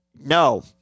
No